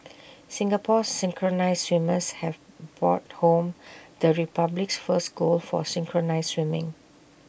Singapore's synchronised swimmers have brought home the republic's first gold for synchronised swimming